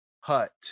hut